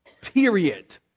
Period